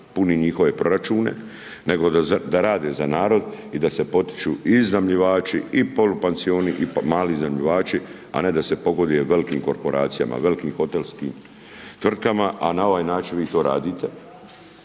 puni njihove proračune nego da rade za narod i da se potiču i iznajmljivači i polupansioni i mali iznajmljivači, a ne da se pogoduje velikim korporacijama, velikim hotelskim tvrtkama, a na ovaj način vi to radite.